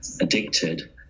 addicted